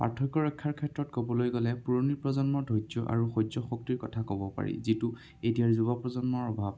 পাৰ্থক্য ৰক্ষাৰ ক্ষেত্ৰত ক'বলৈ গ'লে পুৰণি প্ৰজন্মৰ ধৈৰ্য্য আৰু সহ্যশক্তিৰ কথা ক'ব পাৰি যিটো এতিয়াৰ যুৱ প্ৰজন্মৰ অভাৱ